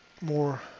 more